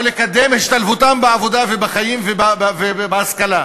או לקדם השתלבותן בעבודה ובחיים ובהשכלה,